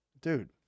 Dude